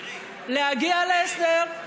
להגיע להסדר,